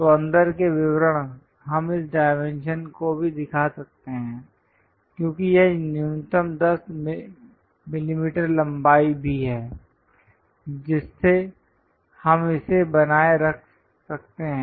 तो अंदर के विवरण हम इस डाइमेंशन को भी दिखा सकते हैं क्योंकि यह न्यूनतम 10 mm लंबाई भी है जिससे हम इसे बनाए रख सकते हैं